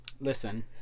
listen